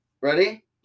Ready